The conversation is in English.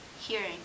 hearing